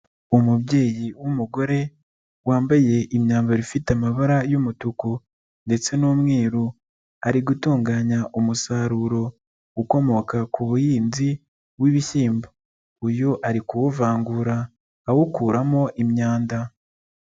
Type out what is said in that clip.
Umubyeyi w'umugore wambaye imyambaro ifite amabara y'umutuku ndetse n'umweru. Ari gutunganya umusaruro ukomoka ku buhinzi bw'ibishyimbo. Uyu ari kuwuvangura, awukuramo imyanda.